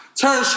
turn